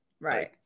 Right